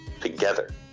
together